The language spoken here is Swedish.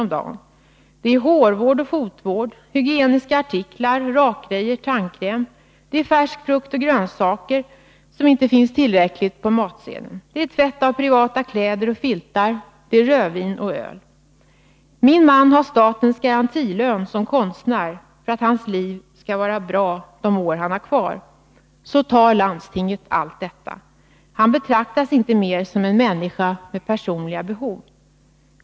om dagen: hårvård, fotvård, hygieniska artiklar, rakgrejor, tandkräm. Det är färsk frukt och grönsaker, som inte finns tillräckligt på matsedeln. Det är tvätt av privata kläder och filtar. Det är rödvin och öl. Min man har statens garantilön som konstnär för att hans liv skall vara bra de år han har kvar. Så tar landstinget allt detta. Han betraktas inte mer som en människa med personliga behov.